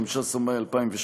15 במאי 2017,